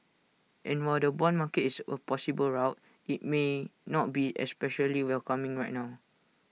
and while the Bond market is A possible route IT may not be especially welcoming right now